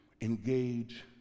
engage